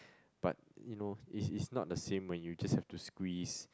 but you know is is not the same when you just have to squeeze